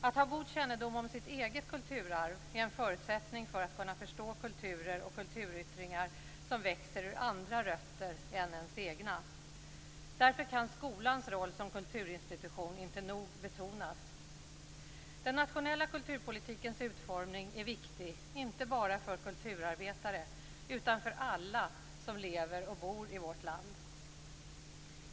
Att ha god kännedom om sitt eget kulturarv är en förutsättning för att kunna förstå kulturer och kulturyttringar som växer ur andra rötter än ens egna. Därför kan skolans roll som kulturinstitution inte nog betonas. Den nationella kulturpolitikens utformning är viktig inte bara för kulturarbetare utan för alla som lever och bor i vårt land.